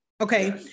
Okay